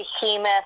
behemoth